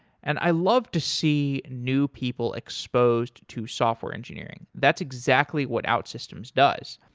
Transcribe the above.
and i love to see new people exposed to software engineering. that's exactly what outsystems does.